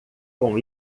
com